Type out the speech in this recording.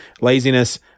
laziness